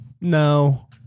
No